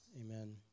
Amen